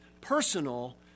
personal